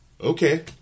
Okay